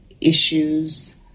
issues